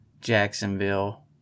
Jacksonville